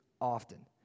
often